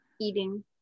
eating